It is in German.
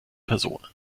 personen